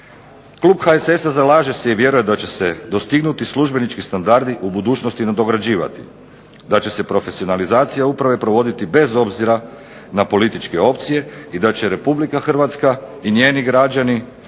Klub HSS-a zalaže se i vjeruje da će se dostignuti službenički standardi u budućnosti nadograđivati, da će se profesionalizacija uprave provoditi bez obzira na političke opcije i da će Republika Hrvatska i njeni građani imati